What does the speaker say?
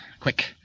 Quick